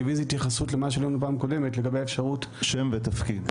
אני מבין שזו התייחסות למה שאמרנו בפעם הקודמת לגבי האפשרות שם ותפקיד.